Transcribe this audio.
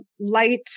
light